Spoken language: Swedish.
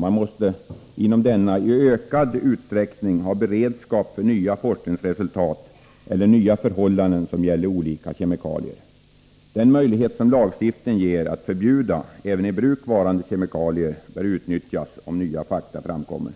Man måste i ökad utsträckning ha beredskap för nya forskningsresultat eller nya förhållanden som gäller olika kemikalier. Den möjlighet som lagstiftningen ger att förbjuda även i bruk varande kemikalier bör utnyttjas, om nya fakta tillkommer.